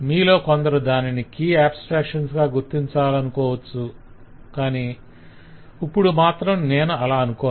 మీలో కొందరు దానిని కీ ఆబ్స్ట్రాక్షన్ గా గుర్తించాలనుకోవచ్చు కాని ఇప్పుడు మాత్రం నేను అలా అనుకోను